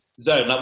zone